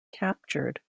captured